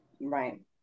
Right